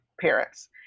parents